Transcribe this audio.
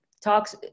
talks